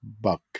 buck